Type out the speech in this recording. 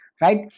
right